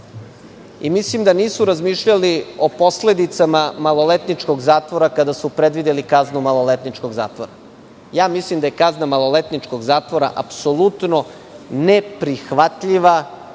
i mislim da nisu razmišljali o posledicama maloletničkog zatvora, kada su predvideli kaznu maloletničkog zatvora. Mislim, da je kazna maloletničkog zatvora apsolutno neprihvatljiva